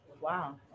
Wow